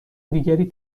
دیگری